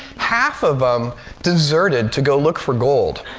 half of them deserted to go look for gold.